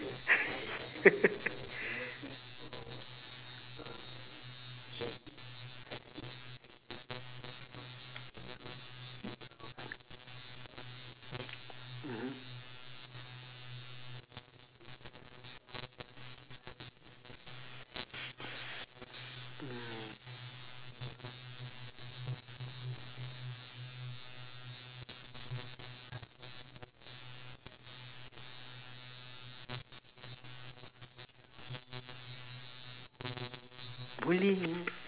bowling